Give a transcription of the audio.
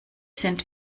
sind